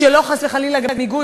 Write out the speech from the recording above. שלא חס וחלילה גם ייגעו,